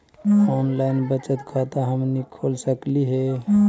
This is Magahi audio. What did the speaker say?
ऑनलाइन बचत खाता हमनी खोल सकली हे?